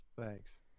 Thanks